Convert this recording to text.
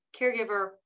caregiver